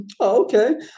Okay